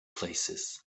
places